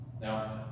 Now